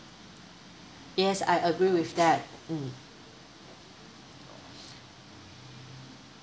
yes I agree with that mm